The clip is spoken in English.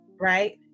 right